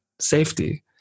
Safety